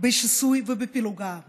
בשיסוי ובפילוג של העם.